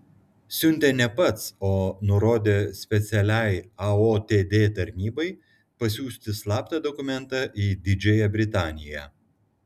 siuntė ne pats o nurodė specialiai aotd tarnybai pasiųsti slaptą dokumentą į didžiąją britaniją